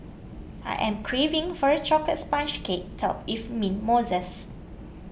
I am craving for a Chocolate Sponge Cake Topped with Mint Mousses